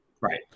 Right